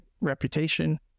reputation